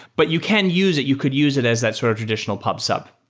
but you can use it. you could use it as that sort of traditional pub sub.